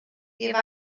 give